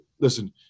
listen